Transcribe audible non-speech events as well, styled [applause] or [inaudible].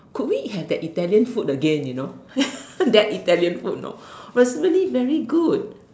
could we have that Italian food again you know [laughs] that Italian food you know it was really very good